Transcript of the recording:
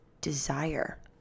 desire